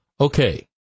Okay